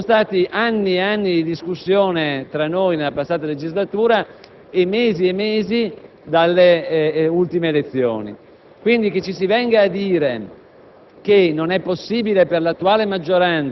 pacificamente è già in vigore. Vi sono stati anni e anni di discussione tra noi, nella passata legislatura, e mesi e mesi dalle ultime elezioni. Quindi, che ci si venga dire